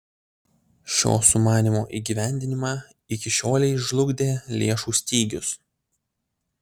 šio sumanymo įgyvendinimą iki šiolei žlugdė lėšų stygius